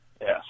Yes